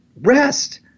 Rest